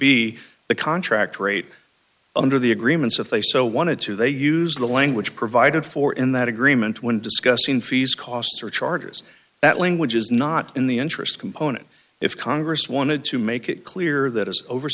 be the contract rate under the agreements if they so wanted to they used the language provided for in that agreement when discussing fees costs or charges that language is not in the interest component if congress wanted to make it clear that is over